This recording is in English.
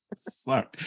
Sorry